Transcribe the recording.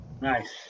Nice